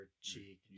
cheek